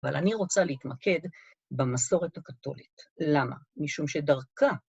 אבל אני רוצה להתמקד במסורת הקתולית. למה? משום שדרכה...